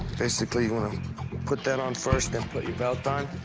basically, you want to put that on first, then put your belt on.